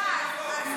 אני מרים טלפונים.